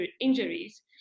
injuries